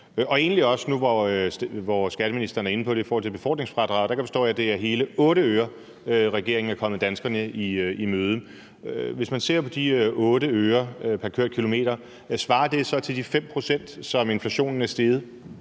jeg egentlig også høre det i forhold til befordringsfradraget. Der forstår jeg, at det er med hele 8 øre, at regeringen er kommet danskerne i møde. Hvis man ser på de 8 øre pr. kørt kilometer, svarer det så til de 5 pct., som inflationen er steget?